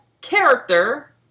character